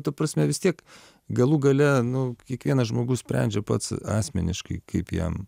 ta prasme vis tiek galų gale nu kiekvienas žmogus sprendžia pats asmeniškai kaip jam